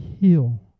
heal